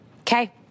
Okay